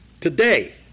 today